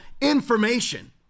information